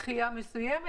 דחיה מסוימת,